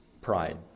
pride